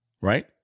Right